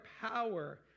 power